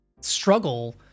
struggle